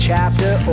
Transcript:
chapter